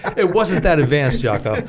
it wasn't that advanced ah kind of